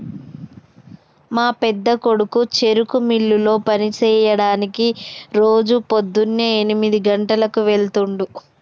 మా పెద్దకొడుకు చెరుకు మిల్లులో పని సెయ్యడానికి రోజు పోద్దున్నే ఎనిమిది గంటలకు వెళ్తుండు